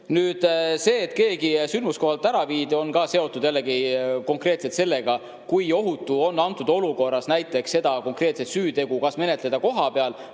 Nüüd see, et keegi sündmuskohalt ära viidi, on seotud jällegi konkreetselt [kaalutlusega], kui ohutu on antud olukorras seda konkreetset süütegu menetleda kohapeal